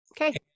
Okay